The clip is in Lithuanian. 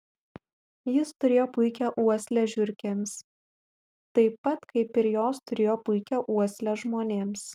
jis turėjo puikią uoslę žiurkėms taip pat kaip ir jos turėjo puikią uoslę žmonėms